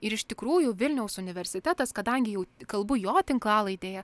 ir iš tikrųjų vilniaus universitetas kadangi jau kalbu jo tinklalaidėje